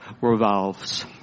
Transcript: revolves